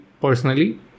personally